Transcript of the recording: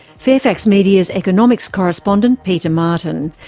fairfax media's economics correspondent, peter martin.